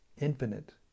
infinite